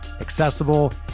accessible